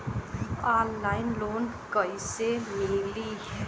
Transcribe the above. Online loan कइसे मिली?